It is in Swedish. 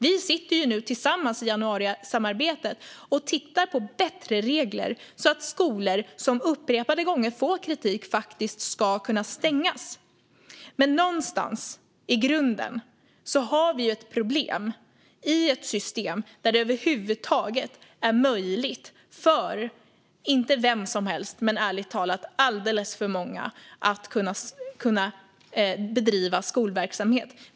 Vi sitter nu tillsammans i januarisamarbetet och tittar på bättre regler så att skolor som upprepade gånger får kritik ska kunna stängas. Men någonstans i grunden har vi ett problem i ett system där det över huvud taget är möjligt för inte vem som helst men ärligt talat alldeles för många att bedriva skolverksamhet.